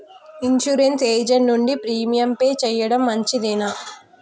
Insurance agent నుండి premium pay చేయడం మంచిదేనా?